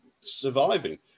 surviving